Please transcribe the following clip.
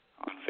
on